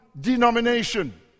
denomination